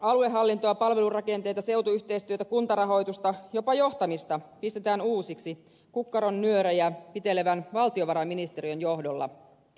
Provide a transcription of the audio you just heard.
aluehallintoa palvelurakenteita seutuyhteistyötä kuntarahoitusta jopa johtamista pistetään uusiksi kukkaron nyörejä pitelevän valtiovarainministeriön johdolla